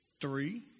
three